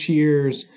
year's